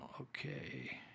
Okay